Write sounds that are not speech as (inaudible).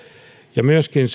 ja myöskin (unintelligible)